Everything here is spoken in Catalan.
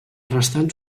restants